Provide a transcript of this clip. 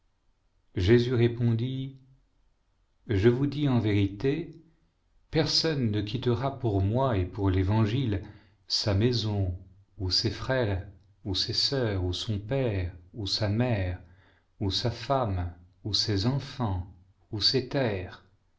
jésus répondit je vous dis en vérité personne na quittera pour moi et pour l'évangile sa maison ou ses frères ou ses sœurs ou son père ou sa mère ou sa femme ou ses enfants ou